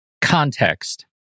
context